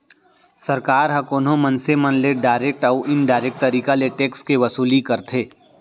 सरकार ह कोनो मनसे मन ले डारेक्ट अउ इनडारेक्ट तरीका ले टेक्स के वसूली करथे